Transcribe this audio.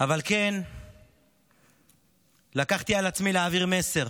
אבל כן לקחתי על עצמי להעביר מסר,